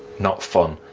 not fun.